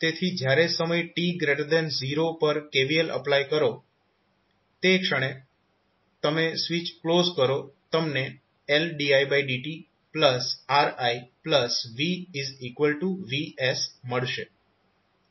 તેથી જ્યારે તમે સમય t0 પર KVL એપ્લાય કરો જે ક્ષણે તમે સ્વીચ ક્લોઝ કરો તમને LdidtRivVs મળશે